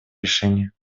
решения